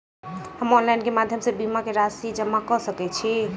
हम ऑनलाइन केँ माध्यम सँ बीमा केँ राशि जमा कऽ सकैत छी?